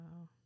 Wow